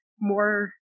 more